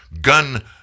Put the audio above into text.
gun